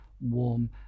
warm